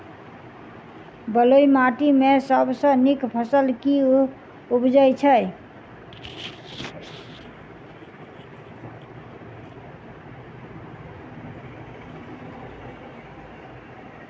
बलुई माटि मे सबसँ नीक फसल केँ उबजई छै?